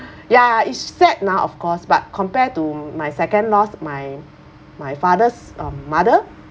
ya it's sad now of course but compare to my second loss my my father's um mother